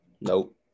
Nope